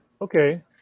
Okay